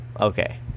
okay